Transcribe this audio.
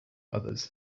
others